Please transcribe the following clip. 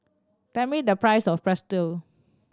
tell me the price of Pretzel